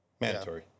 Mandatory